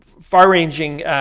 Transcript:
far-ranging